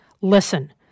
listen